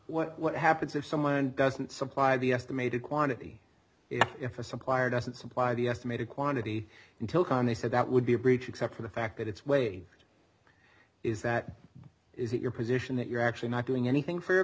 then what happens if someone doesn't supply the estimated quantity if a supplier doesn't supply the estimated quantity until com they said that would be a breach except for the fact that it's waived is that is it your position that you're actually not doing anything f